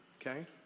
Okay